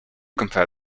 compare